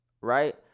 right